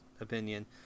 opinion